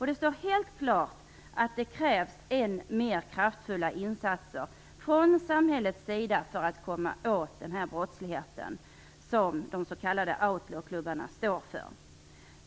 Det står helt klart att det krävs än mer kraftfulla insatser från samhällets sida för att komma åt den brottslighet som de s.k. outlawklubbarna står för.